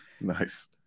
Nice